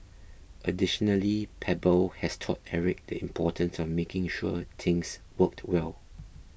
additionally Pebble has taught Eric the importance of making sure things worked well